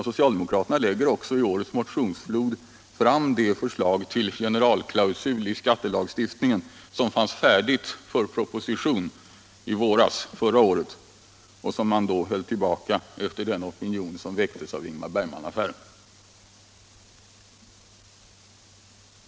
Socialdemokraterna lägger i årets motionsflod också fram det förslag till generalklausul i skattelagstiftningen som fanns färdigt för proposition förra våren och som man då höll tillbaka efter den opinion som väcktes av Ingmar Bergman-affären.